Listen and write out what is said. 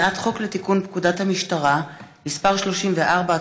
הצעת חוק לתיקון פקודת המשטרה (מס' 34),